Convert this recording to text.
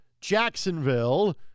Jacksonville